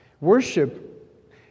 Worship